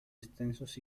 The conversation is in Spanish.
extensos